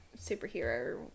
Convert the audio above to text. superhero